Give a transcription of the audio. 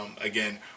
again